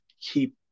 keep